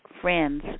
friends